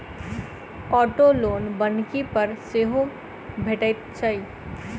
auto loan बन्हकी पर सेहो भेटैत छै